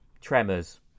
Tremors